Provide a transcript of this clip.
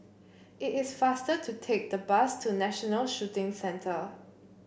it is faster to take the bus to National Shooting Centre